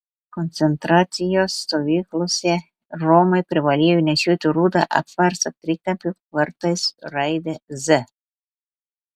koncentracijos stovyklose romai privalėjo nešioti rudą apverstą trikampį kartais raidę z